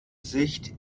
sicht